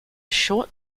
short